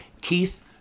Keith